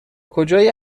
کجایی